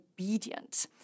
obedient